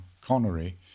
Connery